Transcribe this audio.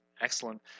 excellent